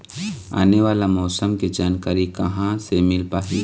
आने वाला मौसम के जानकारी कहां से मिल पाही?